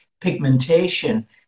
pigmentation